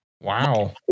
Wow